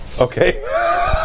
Okay